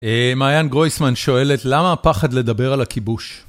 מעיין גרויסמן שואלת, למה הפחד לדבר על הכיבוש?